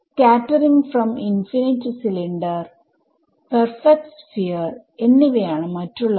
scattering from infinite cylinder perfect സ്ഫിയർഎന്നിവയാണ് മറ്റുള്ളവ